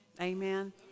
Amen